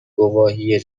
گواهی